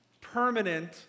Permanent